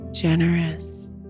generous